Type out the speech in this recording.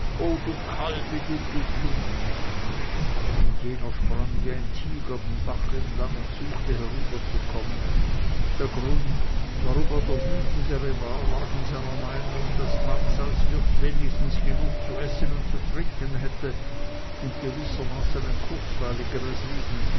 o du kalb wie dumm tust du und jener sprang wie ein tiger den bach entlang und suchte herüberzukommen der grund warum er der wütendere war lag in seiner meinung daß manz als wirt wenigstens genug zu essen und zu trinken hätte und gewissermaßen ein kurzweiliges leben